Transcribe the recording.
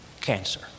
Cancer